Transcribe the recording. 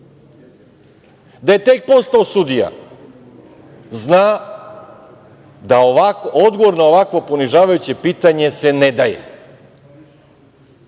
da je tek postao sudija zna da odgovor na ovakvo ponižavajuće pitanje se ne daje.